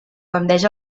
tendeix